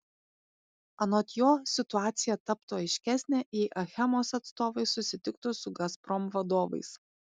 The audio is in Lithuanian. anot jo situacija taptų aiškesnė jei achemos atstovai susitiktų su gazprom vadovais